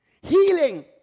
Healing